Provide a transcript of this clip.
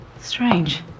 strange